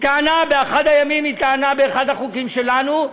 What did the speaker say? באחד הימים היא טענה לגבי אחד מהחוקים שלנו,